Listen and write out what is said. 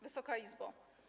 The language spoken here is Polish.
Wysoka Izbo!